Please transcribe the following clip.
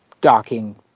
docking